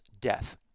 death